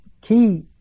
key